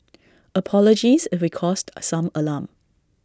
apologies if we caused some alarm